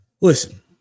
Listen